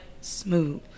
smooth